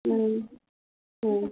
हा हो